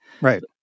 Right